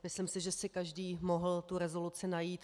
Myslím si, že si každý mohl rezoluci najít.